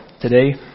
Today